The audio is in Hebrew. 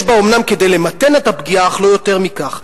יש בה אומנם כדי למתן את הפגיעה, אך לא יותר מכך."